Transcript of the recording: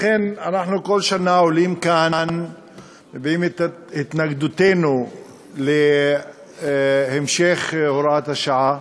אכן אנחנו כל שנה עולים כאן ומביעים את התנגדותנו להמשך הוראת השעה.